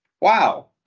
Wow